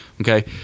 okay